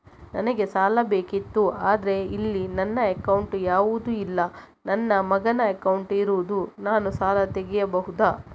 ನನಗೆ ಸಾಲ ಬೇಕಿತ್ತು ಆದ್ರೆ ಇಲ್ಲಿ ನನ್ನ ಅಕೌಂಟ್ ಯಾವುದು ಇಲ್ಲ, ನನ್ನ ಮಗನ ಅಕೌಂಟ್ ಇರುದು, ನಾನು ಸಾಲ ತೆಗಿಬಹುದಾ?